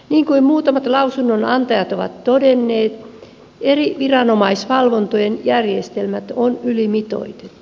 niin kuin muutamat lausunnonantajat ovat todenneet eri viranomaisvalvontojen järjestelmät on ylimitoitettu